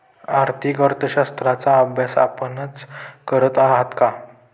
आर्थिक अर्थशास्त्राचा अभ्यास आपणच करत आहात का?